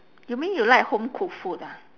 you mean you like home cooked food ah